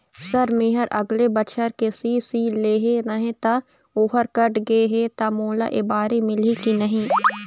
Sir मेहर अगले बछर के.सी.सी लेहे रहें ता ओहर कट गे हे ता मोला एबारी मिलही की नहीं?